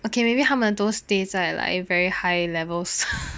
okay maybe 他们都 stay 在来 very high levels